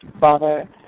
Father